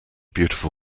beautiful